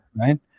Right